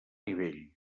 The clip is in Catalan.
nivell